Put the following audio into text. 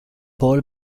paul